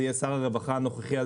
זה יהיה שר הרווחה הנוכחי,